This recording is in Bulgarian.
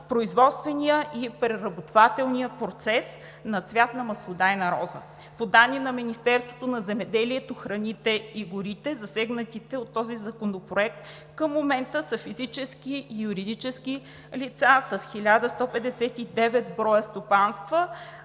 производствения и преработвателния процес на цвят на маслодайна роза. По данни на Министерството на земеделието, храните и горите засегнатите от този законопроект към момента са физически и юридически лица с 1159 броя стопанства